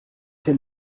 fait